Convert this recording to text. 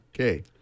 Okay